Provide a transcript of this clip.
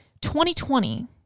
2020